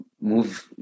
move